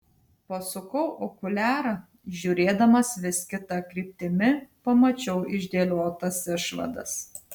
pasukau okuliarą žiūrėdamas vis kita kryptimi pamačiau išdėliotas išvadas